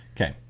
Okay